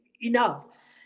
enough